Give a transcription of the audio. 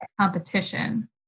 competition